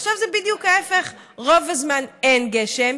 עכשיו זה בדיוק ההפך: רוב הזמן אין גשם,